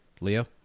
Leo